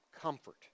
comfort